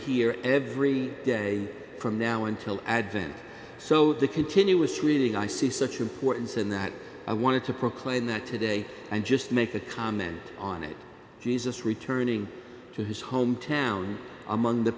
hear every day from now until advent so the continuous reading i see such importance and that i wanted to proclaim that today and just make a comment on it jesus returning to his hometown among the